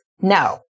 no